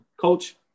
coach